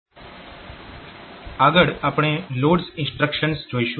આગળ આપણે loads instructions જોઇશું